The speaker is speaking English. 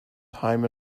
time